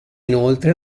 inoltre